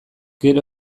gero